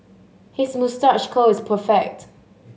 his moustache curl is perfect